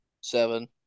Seven